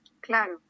claro